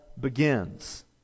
begins